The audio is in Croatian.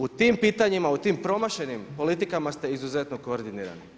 U tim pitanjima, u tim promašenim politikama ste izuzetno koordinirani.